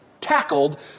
tackled